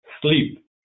Sleep